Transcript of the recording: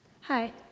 Hi